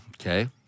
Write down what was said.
Okay